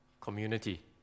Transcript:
community